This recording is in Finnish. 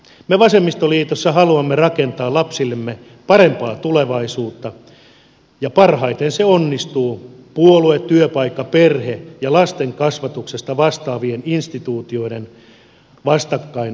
me vasemmistoliitossa haluamme rakentaa lapsillemme parempaa tulevaisuutta ja parhaiten se onnistuu puolueen työpaikan perheen ja lasten kasvatuksesta vastaavien instituutioiden vastakkainasettelu unohtamalla